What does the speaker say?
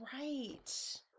right